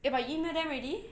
eh but you email them already